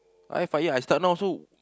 I five year I start now also